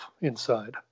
inside